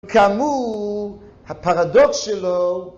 כאמור, הפרדוקס שלו...